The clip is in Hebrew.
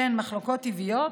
אלה הן מחלוקות טבעיות,